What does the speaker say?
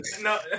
No